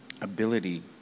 ability